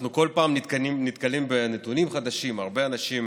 אנחנו כל פעם נתקלים בנתונים חדשים, הרבה אנשים